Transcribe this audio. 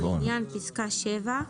ולעניין פסקה (7)